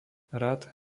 rad